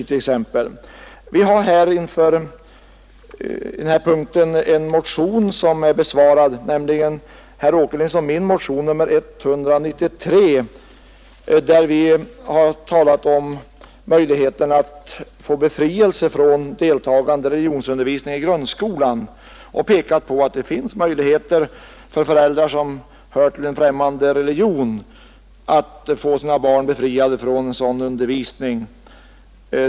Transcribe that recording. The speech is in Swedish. Under den här punkten besvarar utskottet herr Åkerlinds och min motion, nr 193. I motionen har vi talat om möjligheten att få befrielse från deltagande i religionsundervisningen i grundskolan och pekat på att det finns möjligheter för föräldrar som hör till en främmande religion att få sina barn befriade från sådan undervisning.